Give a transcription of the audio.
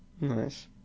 Nice